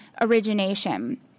origination